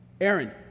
Aaron